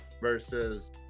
versus